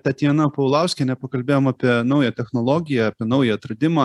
tatjana paulauskienė pakalbėjom apie naują technologiją apie naują atradimą